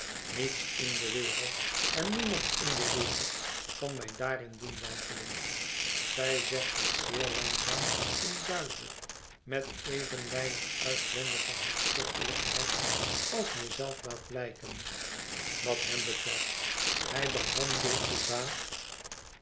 niets in de wereld en niemand in de wereld kan mij daarin doen wankelen zij zegt dit zeer langzaam en duidelijk met even weinig uitwendige hartstochtelijkheid als hij zelf laat blijken wat hem betreft hij behandelt de zaak